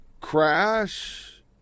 crash